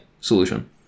solution